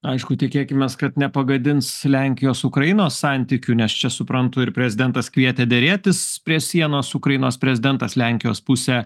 aišku tikėkimės kad nepagadins lenkijos ukrainos santykių nes čia suprantu ir prezidentas kvietė derėtis prie sienos ukrainos prezidentas lenkijos pusę